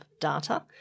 data